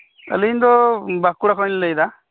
ᱟᱹᱞᱤᱧ ᱫᱚ ᱵᱟᱸᱠᱩᱲᱟ ᱠᱷᱚᱱ ᱞᱤᱧ ᱞᱟᱹᱭᱮᱫᱟ